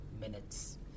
minutes